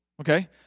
Okay